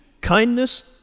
kindness